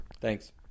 Thanks